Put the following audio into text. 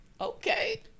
okay